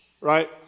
right